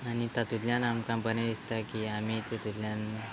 आनी तातूंतल्यान आमकां बरें दिसता की आमी तातूंतल्यान